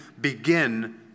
begin